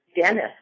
Dennis